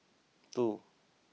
two